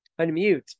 Unmute